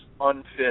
unfit